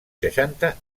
seixanta